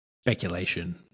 Speculation